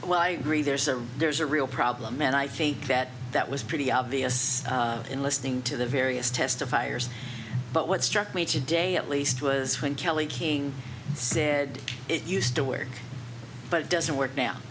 well i agree there's a there's a real problem and i think that that was pretty obvious in listening to the various testifiers but what struck me today at least was when kelly king said it used to work but it doesn't work now